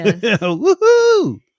Woohoo